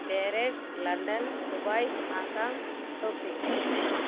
Paris London Dubai Hong Kong Tokyo